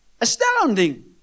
Astounding